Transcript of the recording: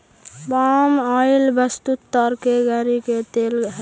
पाम oil वस्तुतः ताड़ के गड़ी के तेल हई